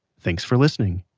thanks for listening,